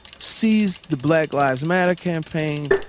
sees the black lives matter campaign,